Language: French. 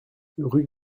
rue